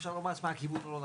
אפשר לומר מה הכיוון הלא נכון.